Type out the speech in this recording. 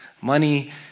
Money